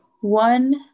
One